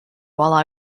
while